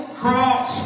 cross